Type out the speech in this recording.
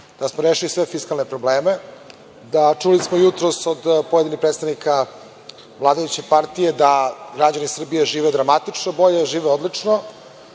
da smo rešili sve fiskalne probleme. Čuli smo jutros od pojedinih predstavnika vladajuće partije da građani Srbije žive dramatično bolje, žive odlično,